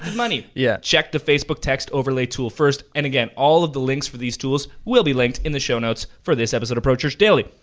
money. yeah. check the facebook text overlay tool first. and again, all of the links for these tools will be linked in the show notes for this episode of pro church daily.